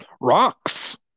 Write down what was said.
rocks